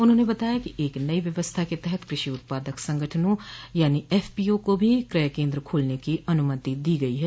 उन्होंने बताया कि एक नई व्यवस्था के तहत कृषि उत्पादक संगठनों यानी एफपीओ को भी क्रय केन्द्र खोलने की अनुमति दी गई है